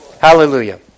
Hallelujah